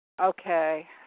Okay